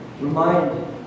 remind